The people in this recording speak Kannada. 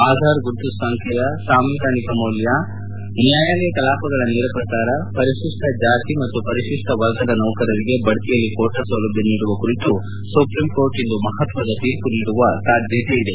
ಆಧಾರ್ ಗುರುತು ಸಂಖ್ಯೆಯ ಸಾಂವಿಧಾನಿಕ ಮೌಲ್ಯ ನ್ಯಾಯಾಲಯ ಕಲಾಪಗಳ ನೇರ ಪ್ರಸಾರ ಪರಿಶಿಷ್ಟ ಜಾತಿ ಮತ್ತು ಪರಿಶಿಷ್ಷ ವರ್ಗದ ನೌಕರಂಗೆ ಬಡ್ತಿಯಲ್ಲಿ ಕೋಟಾ ಸೌಲಭ್ವ ನೀಡುವ ಕುರಿತು ಸುಪ್ರೀಂ ಕೋರ್ಟ್ ಇಂದು ಮಹತ್ವದ ತೀರ್ಮ ನೀಡುವ ಸಾಧ್ಯತೆಯಿದೆ